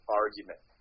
argument